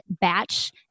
batch